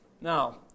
Now